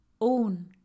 own